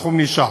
הסכום נשאר.